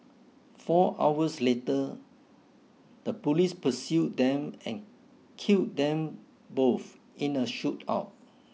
four hours later the police pursued them and killed them both in a shootout